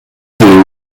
been